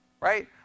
right